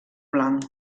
blanc